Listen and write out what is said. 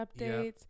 updates